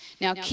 Now